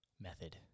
method